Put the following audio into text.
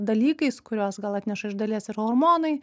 dalykais kuriuos gal atneša iš dalies ir hormonai